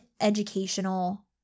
educational